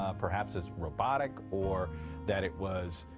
ah perhaps, as robotic, or that it was.